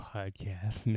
Podcast